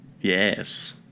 Yes